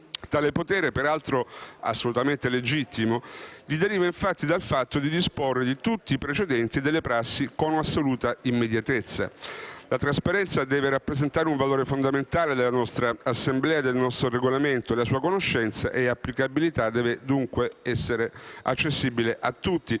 Tale potere - peraltro assolutamente legittimo - gli deriva infatti dal fatto di disporre di tutti i precedenti e delle prassi con assoluta immediatezza. La trasparenza deve rappresentare un valore fondamentale della nostra Assemblea e del nostro Regolamento: la sua conoscenza e la sua l'applicabilità deve, dunque, essere accessibile a tutti.